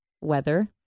weather